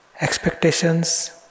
expectations